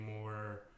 more